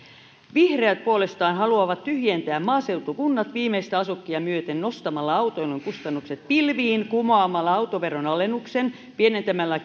vihreät puolestaan haluavat tyhjentää maaseutukunnat viimeistä asukkia myöten nostamalla autoilun kustannukset pilviin kumoamalla autoveron alennuksen pienentämällä